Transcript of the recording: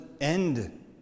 end